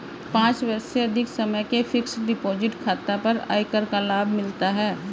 पाँच वर्ष से अधिक समय के फ़िक्स्ड डिपॉज़िट खाता पर आयकर का लाभ मिलता है